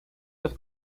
los